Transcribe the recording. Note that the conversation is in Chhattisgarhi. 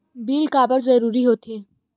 बिल काबर जरूरी होथे?